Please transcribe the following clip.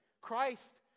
Christ